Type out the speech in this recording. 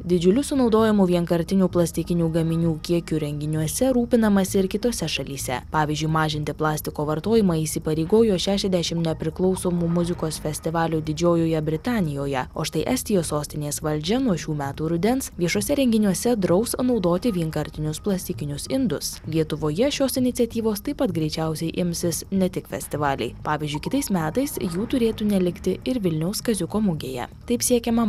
didžiuliu sunaudojamų vienkartinių plastikinių gaminių kiekiu renginiuose rūpinamasi ir kitose šalyse pavyzdžiui mažinti plastiko vartojimą įsipareigojo šešiasdešim nepriklausomų muzikos festivalių didžiojoje britanijoje o štai estijos sostinės valdžia nuo šių metų rudens viešuose renginiuose draus naudoti vienkartinius plastikinius indus lietuvoje šios iniciatyvos taip pat greičiausiai imsis ne tik festivaliai pavyzdžiui kitais metais jų turėtų nelikti ir vilniaus kaziuko mugėje taip siekiama